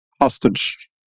hostage